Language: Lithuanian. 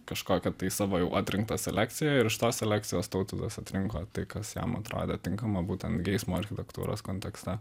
kažkokią tai savo jau atrinktą selekciją ir iš tos selekcijos tautvydas atrinko tai kas jam atrodė tinkama būtent geismo architektūros kontekste